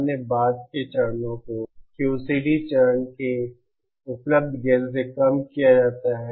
अन्य बाद के चरणों को QCD चरण के उपलब्ध गेन से कम किया जाता है